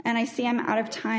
nd i see i'm out of time